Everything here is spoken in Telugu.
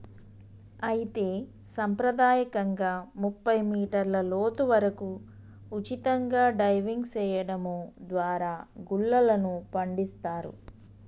అయితే సంప్రదాయకంగా ముప్పై మీటర్ల లోతు వరకు ఉచితంగా డైవింగ్ సెయడం దారా గుల్లలను పండిస్తారు